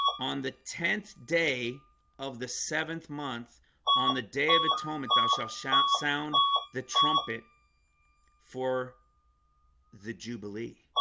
on the tenth day of the seventh month on the day of atonement thou shalt shalt sound the trumpet for the jubilee